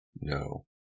No